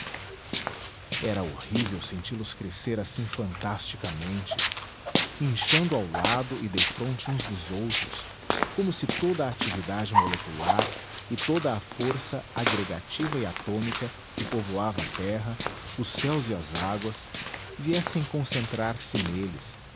era horrível senti los crescer assim fantasticamente inchando ao lado e defronte uns dos outros como se toda a atividade molecular e toda a força agregativa e atômica que povoava a terra os céus e as águas viessem concentrar-se neles